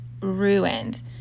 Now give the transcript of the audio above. ruined